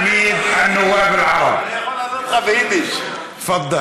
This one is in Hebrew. אחמד טיבי, תפדל.